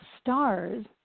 stars